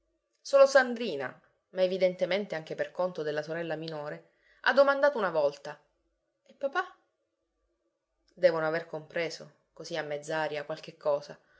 solo sandrina ma evidentemente anche per conto della sorella minore ha domandato una volta e papà devono aver compreso così a mezz'aria qualche cosa